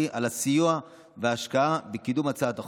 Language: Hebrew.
על הסיוע וההשקעה בקידום הצעת החוק.